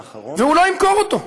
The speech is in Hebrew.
והוא לא ימכור אותו.